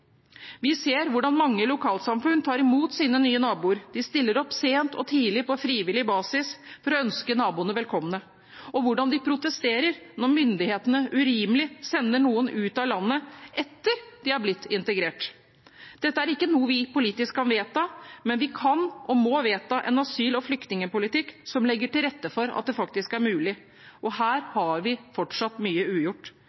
Vi ser hvordan mange lokalsamfunn tar imot sine nye naboer – de stiller opp sent og tidlig på frivillig basis for å ønske naboene velkomne – og hvordan de protesterer når myndighetene urimelig sender noen ut av landet etter at de har blitt integrert. Dette er ikke noe vi politisk kan vedta, men vi kan og må vedta en asyl- og flyktningpolitikk som legger til rette for at det faktisk er mulig. Her